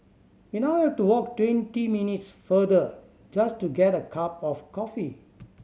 we now have to walk twenty minutes farther just to get a cup of coffee